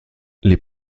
les